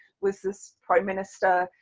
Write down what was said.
was this prime minister,